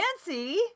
fancy